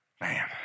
Man